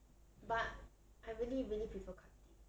but I really really prefer khatib